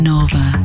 Nova